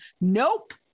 nope